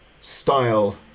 style